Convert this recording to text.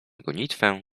gonitwę